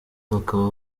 bakaba